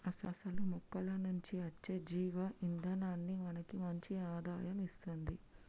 అసలు మొక్కల నుంచి అచ్చే జీవ ఇందనాన్ని మనకి మంచి ఆదాయం ఇస్తుంది